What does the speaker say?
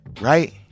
right